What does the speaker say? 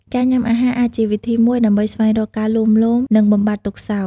ការញ៉ាំអាហារអាចជាវិធីមួយដើម្បីស្វែងរកការលួងលោម និងបំភ្លេចទុក្ខសោក។